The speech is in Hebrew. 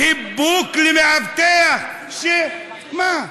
חיבוק למאבטח שמה?